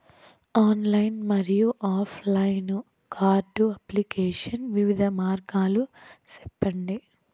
Online మరియు offline card application వివిధ మార్గాలు సెప్పండి?